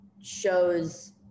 shows